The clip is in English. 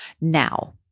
now